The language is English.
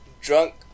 drunk